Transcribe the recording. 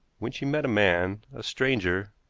when she met a man, a stranger,